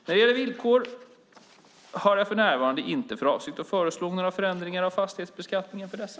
När det gäller villor har jag för närvarande inte för avsikt att föreslå några förändringar av fastighetsbeskattningen för dessa.